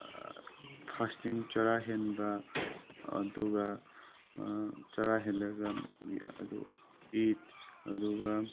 fasting ꯆꯔꯥ ꯍꯦꯟꯕ ꯑꯗꯨꯒ ꯆꯔꯥ ꯍꯦꯟꯂꯒ ꯑꯗꯨ ꯏꯠ ꯑꯗꯨꯒ